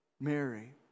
Mary